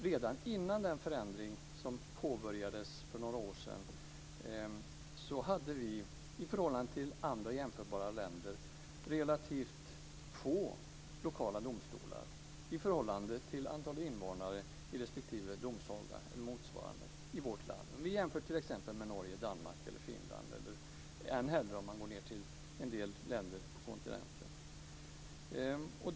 Redan innan förändringen som påbörjades för några år sedan hade vi i vårt land, i förhållande till jämförbara länder, relativt få lokala domstolar med tanke på antalet invånare i respektive domsaga eller motsvarande. Vi kan jämföra t.ex. med Norge, Danmark eller Finland, eller än hellre med en del länder på kontinenten.